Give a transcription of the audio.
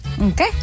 Okay